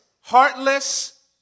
heartless